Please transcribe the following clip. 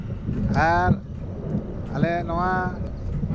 ᱟᱨ ᱟᱞᱮ ᱱᱚᱣᱟ